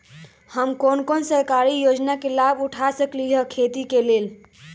हम कोन कोन सरकारी योजना के लाभ उठा सकली ह खेती के लेल?